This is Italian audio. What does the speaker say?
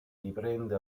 riprende